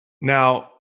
Now